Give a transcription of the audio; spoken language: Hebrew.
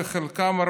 ואת חלקם,